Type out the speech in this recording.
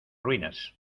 ruinas